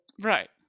Right